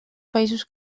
països